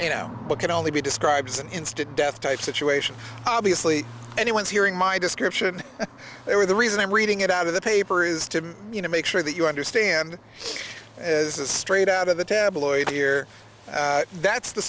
you know what can only be described as an instant death type situation obviously anyone's hearing my description they were the reason i'm reading it out of the paper is to you know make sure that you understand as a straight out of the tabloid here that's the